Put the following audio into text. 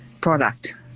product